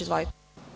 Izvolite.